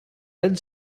red